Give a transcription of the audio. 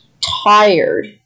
tired